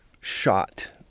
shot